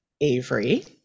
Avery